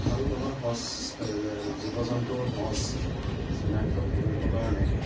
ভাল গুণৰ সঁচ জীৱ জন্তুৰ সঁচ চিনাক্ত কৰিবৰ কাৰণে